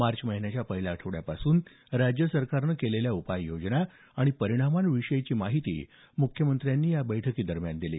मार्च महिन्याच्या पहिल्या आठवड्यापासून राज्य सरकारनं केलेल्या उपाययोजना आणि परिणांमांविषयीची माहिती मुख्यमंत्र्यांनी या बैठकीदरम्यान दिली